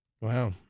Wow